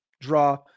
draw